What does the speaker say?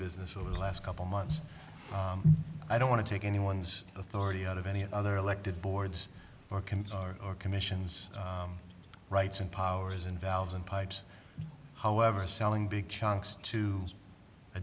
business over the last couple months i don't want to take anyone's authority out of any other elected boards or compiler or commissions rights and powers and valves and pipes however selling big chunks to a